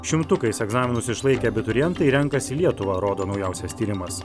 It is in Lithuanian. šimtukais egzaminus išlaikę abiturientai renkasi lietuvą rodo naujausias tyrimas